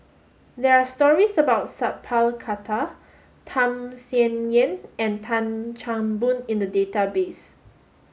there are stories about Sat Pal Khattar Tham Sien Yen and Tan Chan Boon in the database